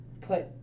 put